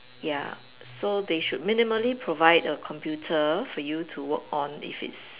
ya so they should minimally provide a computer for you to work on if it's